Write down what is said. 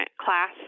class